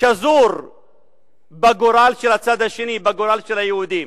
שזור בגורל של הצד השני, בגורל של היהודים.